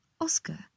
Oscar